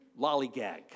lollygag